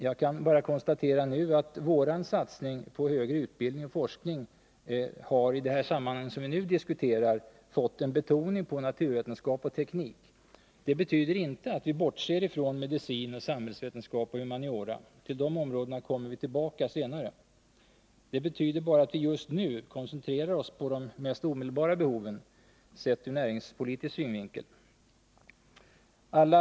Jag kan bara konstatera att vår satsning på högre utbildning och forskning har, i det sammanhang vi nu diskuterar, fått en betoning på naturvetenskap Nr 46 och teknik. Det betyder inte att vi bortser från medicin, samhällsvetenskap Torsdagen den och humaniora. Till dessa områden kommer vi tillbaka senare. Det betyder 11 december 1980 bara att vi just nu koncentrerar oss på de mest omedelbara behoven, sett ur näringspolitisk synvinkel.